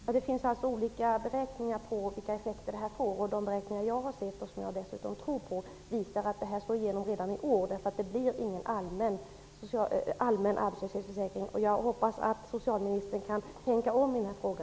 Herr talman! Det finns olika beräkningar av vilka effekter detta får. De beräkningar som jag har sett, och som jag dessutom tror på, visar att dessa slår igenom redan i år, eftersom det inte blir någon allmän arbetslöshetsförsäkring. Jag hoppas att socialministern kan tänka om i denna fråga.